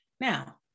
Now